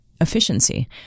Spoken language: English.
efficiency